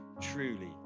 truly